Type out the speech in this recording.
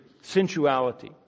sensuality